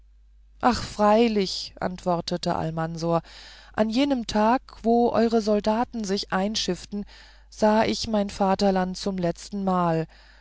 ach freilich antwortete almansor an jenem tag wo eure soldaten sich einschifften sah ich mein vaterland zum letztenmal